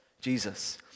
Jesus